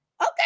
okay